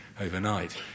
overnight